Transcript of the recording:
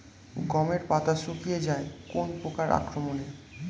গমের পাতা শুকিয়ে যায় কোন পোকার আক্রমনে?